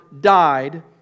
died